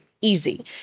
easy